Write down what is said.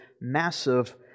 massive